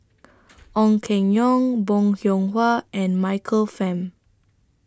Ong Keng Yong Bong Hiong Hwa and Michael Fam